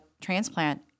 transplant